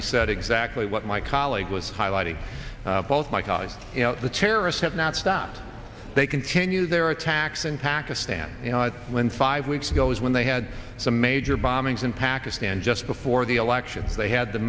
we said exactly what my colleague was highlighting both my colleague the terrorists have not stopped they continue their attacks in pakistan you know when five weeks ago is when they had some major bombings in pakistan just before the election they had the